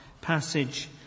passage